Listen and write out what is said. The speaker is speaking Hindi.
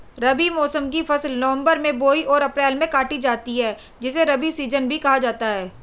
रबी मौसम की फसल नवंबर में बोई और अप्रैल में काटी जाती है जिसे रबी सीजन कहा जाता है